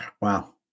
Wow